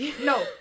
No